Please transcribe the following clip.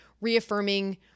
reaffirming